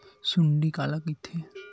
सुंडी काला कइथे?